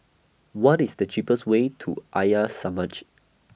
What IS The cheapest Way to Arya Samaj